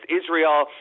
Israel